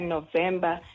November